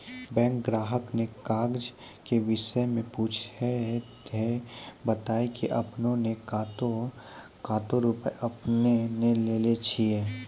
Bank ग्राहक ने काज के विषय मे पुछे ते बता की आपने ने कतो रुपिया आपने ने लेने छिए?